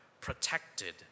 protected